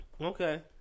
Okay